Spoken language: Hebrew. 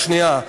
שנייה.